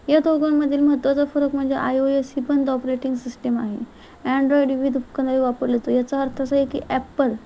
या दोघांमधील महत्त्वाचा फरक म्हणजे आय ओ ससी बंद ऑपरेटिंग सिस्टेम आहे अँड्रॉईड विविध उपकर वापरले तो याचा अर्थ असा आहे की ॲप्पल